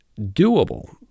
doable